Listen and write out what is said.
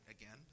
again